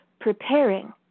preparing